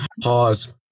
pause